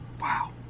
Wow